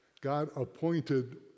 god-appointed